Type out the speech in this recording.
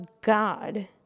God